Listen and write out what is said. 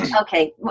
Okay